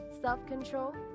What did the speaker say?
self-control